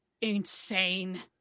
insane